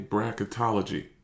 Bracketology